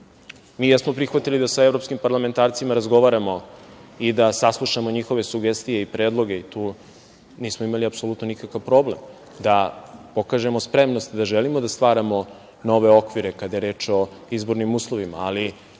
mi jesmo prihvatili da sa evropskim parlamentarcima razgovaramo i da saslušamo njihove sugestije i predloge i tu nismo imali apsolutno nikakav problem da pokažemo spremnost da želimo da stvaramo nove okvire kada je reč o izbornim uslovima, ali